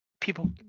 people